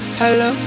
hello